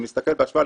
אם נסתכל בהשוואה,